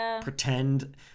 pretend